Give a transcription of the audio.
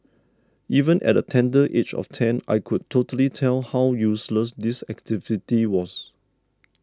even at the tender age of ten I could totally tell how useless this activity was